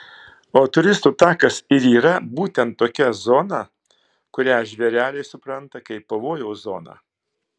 o turistų takas ir yra būtent tokia zona kurią žvėreliai supranta kaip pavojaus zoną